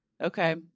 Okay